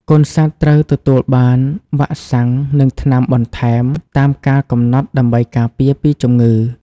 កូនសត្វត្រូវទទួលបានវ៉ាក់សាំងនិងថ្នាំបន្ថែមតាមកាលកំណត់ដើម្បីការពារពីជំងឺ។